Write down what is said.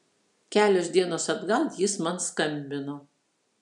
kelios dienos atgal jis man skambino